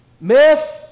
myth